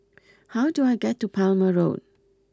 how do I get to Palmer Road